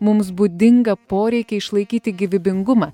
mums būdingą poreikį išlaikyti gyvybingumą